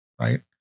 Right